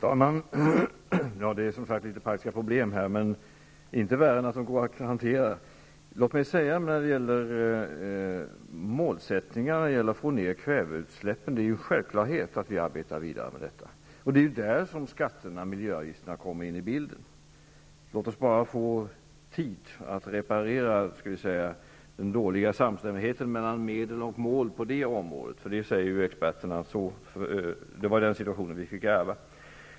Herr talman! Det föreligger vissa praktiska problem i denna debatt, men de är inte värre än att de går att hantera. Låt mig när det gäller målsättningen att minska kväveutsläppen säga att det är en självklarhet att vi arbetar vidare med detta. Och det är i detta sammanhang som skatterna och miljöavgifterna kommer in i bilden. Låt oss bara få tid att reparera den dåliga samstämmigheten mellan medel och mål på det området. Experterna säger ju att det var den situationen som vi fick ärva.